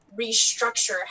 restructure